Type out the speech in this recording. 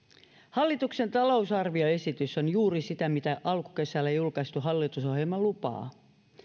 hallituksen talousarvioesitys on juuri sitä mitä alkukesällä julkaistu hallitusohjelma lupaa